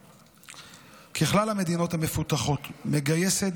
ככל המדינות המפותחות מדינת ישראל מגייסת